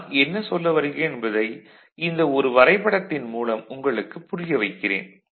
நான் என்ன சொல்ல வருகிறேன் என்பதை ஒரு வரைபடத்தின் மூலம் உங்களுக்கு புரிய வைக்கிறேன்